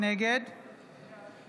נגד